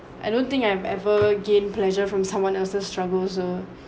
I don't think I've ever gain pleasure from someone else's struggle so